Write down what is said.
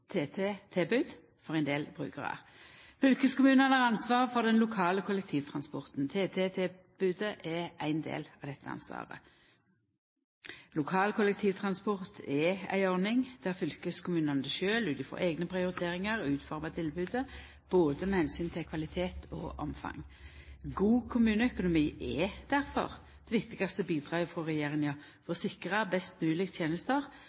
for ein del brukarar. Fylkeskommunane har ansvaret for den lokale kollektivtransporten. TT-tilbodet er ein del av dette ansvaret. Lokal kollektivtransport er ei ordning der fylkeskommunane sjølve, ut frå eigne prioriteringar, utformar tilbodet med omsyn til både kvalitet og omfang. God kommuneøkonomi er difor det viktigaste bidraget frå regjeringa for å sikra best moglege tenester